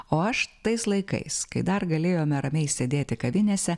o aš tais laikais kai dar galėjome ramiai sėdėti kavinėse